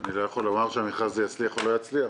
אני לא יכול להגיד אם המכרז הזה יצליח או לא יצליח.